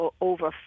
over